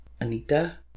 Anita